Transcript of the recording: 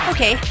Okay